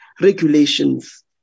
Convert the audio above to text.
regulations